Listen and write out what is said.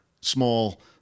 small